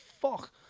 fuck